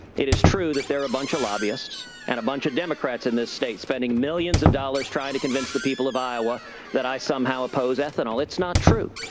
it is true that there are a bunch of lobbyists, and a bunch of democrats in this state spending millions of dollars trying to convince the people of iowa that i somehow oppose ethanol. it's not true.